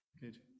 Good